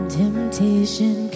temptation